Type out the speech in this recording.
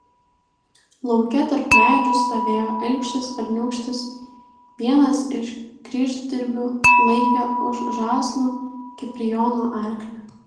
lauke tarp medžių stovėjo ilgšis berniūkštis vienas iš kryždirbių laikė už žąslų kiprijono arklį